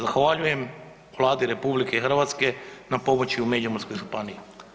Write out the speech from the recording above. Zahvaljujem Vladi RH na pomoći u Međimurskoj županiji.